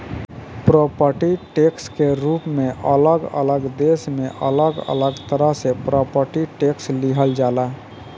property tax के रूप में अलग अलग देश में अलग अलग तरह से प्रॉपर्टी टैक्स लिहल जाला